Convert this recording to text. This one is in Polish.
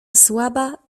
słaba